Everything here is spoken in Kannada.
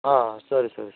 ಹಾಂ ಸರಿ ಸರಿ ಸರಿ